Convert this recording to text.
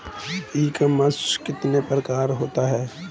ई commerce कितने प्रकार के होते हैं?